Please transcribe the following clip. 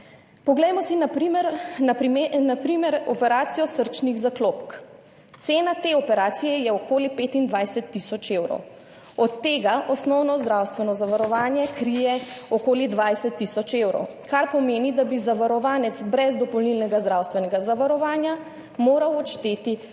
Poglejmo si na primer operacijo srčnih zaklopk. Cena te operacije je okoli 25 tisoč evrov, od tega osnovno zdravstveno zavarovanje krije okoli 20 tisoč evrov, kar pomeni, da bi zavarovanec brez dopolnilnega zdravstvenega zavarovanja moral odšteti 5